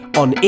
on